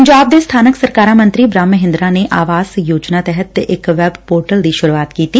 ਪੰਜਾਬ ਦੇ ਸਥਾਨਕ ਸਰਕਾਰਾ ਮੰਤਰੀ ਬੁਹਮ ਮਹਿੰਦਰਾ ਨੇ ਆਵਾਸ ਯੋਜਨਾ ਤਹਿਤ ਇਕ ਵੈੱਬ ਪੋਰਟਲ ਦੀ ਸੁਰੁਆਤ ਕੀਤੀ